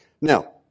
Now